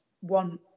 one